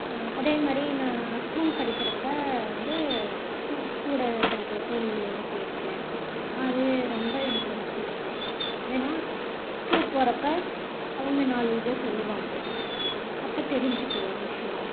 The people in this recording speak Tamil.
அதேமாதிரி நான் ஸ்கூல் படிக்கிறப்போ வந்து கூட படிக்கிற தோழிகளோட போயிருக்கேன் அது ரொம்ப எனக்கு ரொம்ப பிடிக்கும் ஏனால் டூர் போகிறப்ப அவங்க நாலு இதை சொல்லுவாங்க அப்போ தெரிஞ்சுக்குவோம் விஷயம்